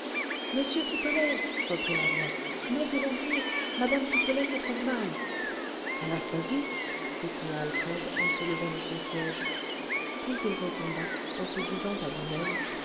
monsieur pipelet reprit la voix montez donc vite mme pipelet se trouve mal anastasie s'écria alfred en se levant de son siège puis il retomba en se disant à lui-même